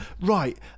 right